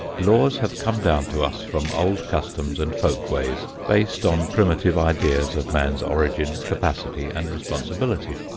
laws have come down to us from old customs and folk-ways based on primitive ideas of man's origin, capacity and responsibility.